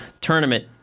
tournament